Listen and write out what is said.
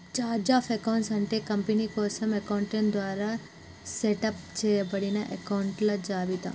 chart of accounts అంటే company కోసం accountant ద్వారా సెటప్ చేయబడిన అకొంట్ల జాబితా